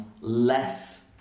less